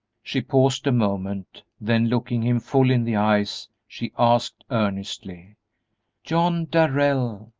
she paused a moment, then, looking him full in the eyes, she asked, earnestly john darrell,